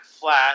flat